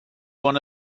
one